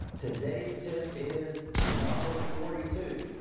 today's tip is number forty two.